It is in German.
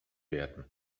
werden